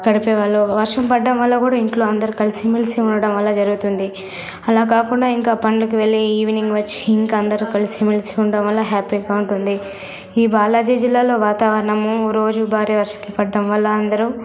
గడిపే వాళ్ళు వర్షం పడడం వల్ల కూడా ఇంట్లో అందరూ కలిసి మెలిసి ఉండడం అలా జరుగుతుంది అలా కాకుండా ఇంకా పనులకు వెళ్లి ఈవెనింగ్ వచ్చి ఇంకా అందరూ కలిసి మెలిసి ఉండడం హ్యాప్పీగా ఉంటుంది ఈ బాలాజీ జిల్లాలో వాతావరణము రోజూ భారీ వర్షాలు పడడం వల్ల అందరం